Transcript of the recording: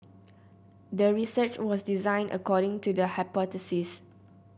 the research was designed according to the hypothesis